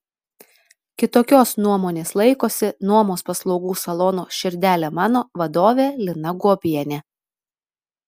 kitokios nuomonės laikosi nuomos paslaugų salono širdele mano vadovė lina guobienė